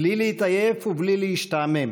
בלי להתעייף ובלי להשתעמם,